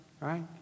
right